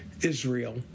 Israel